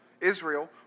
Israel